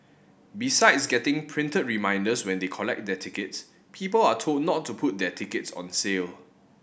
besides getting printed reminders when they collect their tickets people are told not to put their tickets on sale